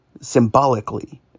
symbolically